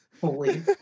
holy